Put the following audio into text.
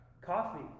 coffee